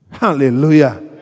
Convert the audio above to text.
Hallelujah